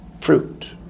Fruit